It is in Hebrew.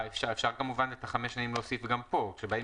אפשר כמובן את החמש שנים להוסיף גם פה: "שבהם